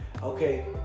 Okay